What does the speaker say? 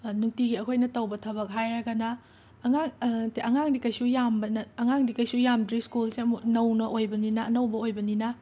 ꯑ ꯅꯨꯡꯇꯤꯒꯤ ꯑꯩꯈꯣꯏꯅ ꯇꯧꯕ ꯊꯕꯛ ꯍꯥꯏꯔꯒꯅ ꯑꯉꯥꯡ ꯅꯠꯇꯦ ꯑꯉꯥꯡꯗꯤ ꯀꯩꯁꯨ ꯌꯥꯝꯕ ꯅꯠ ꯑꯉꯥꯡꯗꯤ ꯀꯩꯁꯨ ꯌꯥꯝꯗ꯭ꯔꯤ ꯁꯀꯨꯜꯁꯦ ꯑꯃꯨꯛ ꯅꯧꯅ ꯑꯣꯏꯕꯅꯤꯅ ꯑꯅꯧꯕ ꯑꯣꯏꯕꯅꯤꯅ